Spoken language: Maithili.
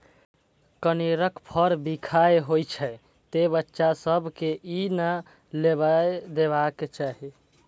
कनेरक फर बिखाह होइ छै, तें बच्चा सभ कें ई नै लेबय देबाक चाही